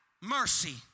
mercy